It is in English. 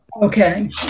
okay